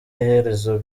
iherezo